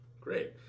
Great